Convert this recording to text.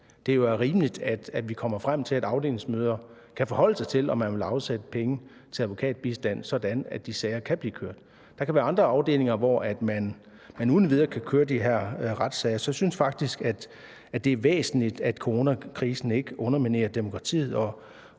Det er jo rimeligt, at vi kommer frem til, at afdelingsmøder kan forholde sig til, om man vil afsætte penge til advokatbistand, sådan at de sager kan blive kørt. Der kan være andre afdelinger, hvor man uden videre kan køre de her retssager. Så jeg synes faktisk, det er væsentligt, at coronakrisen ikke underminerer demokratiet